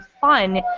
fun